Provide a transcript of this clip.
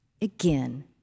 again